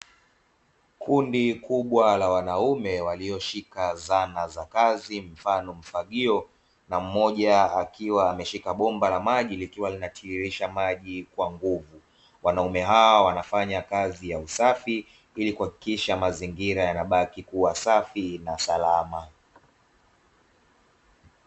Kundi kubwa la wanaume walioshika zana za kazi mfano Mfagio na mmoja, akiwa ameshika bomba la maji likiwa linatiririsha Maji kwa nguvu. Wanaume hawa wanafanya kazi ya usafi ili kuhakikisha mazingira yanabaki kuwa safi na salama.